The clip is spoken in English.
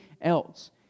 else